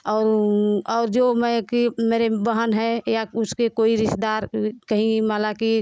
और और जो मैं की मेरे बहन है या उसके कोई रिश्तेदार ही माला की